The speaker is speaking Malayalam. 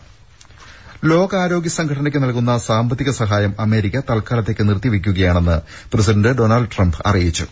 രുര ലോകാരോഗ്യ സംഘടനയ്ക്ക് നൽകുന്ന സാമ്പത്തിക സഹായം അമേരിക്ക തൽക്കാലത്തേക്ക് നിർത്തി വെയ്ക്കുകയാണെന്ന് പ്രസിഡന്റ് ഡൊണാൾഡ് ട്രംപ് അറിയിച്ചു